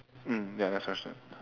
mm ya next question